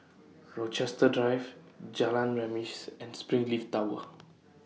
Rochester Drive Jalan Remis and Springleaf Tower